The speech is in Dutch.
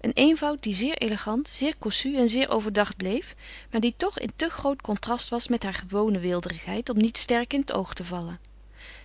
een eenvoud die zeer elegant zeer cossu en zeer overdacht bleef maar die toch in te groot contrast was met haar gewone weelderigheid om niet sterk in het oog te vallen